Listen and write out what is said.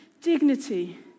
dignity